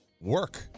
work